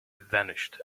vanished